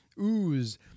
ooze